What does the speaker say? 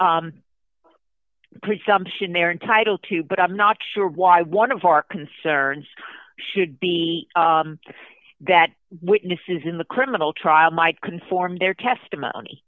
presumption they're entitled to but i'm not sure why one of our concerns should be that witnesses in the criminal trial might conform their testimony